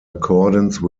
accordance